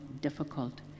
difficult